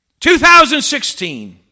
2016